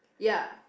ya